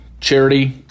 charity